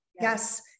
yes